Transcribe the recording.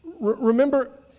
Remember